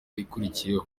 ikurikiyeho